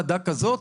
ועדה כזו,